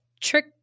trick